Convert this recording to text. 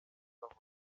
gahoro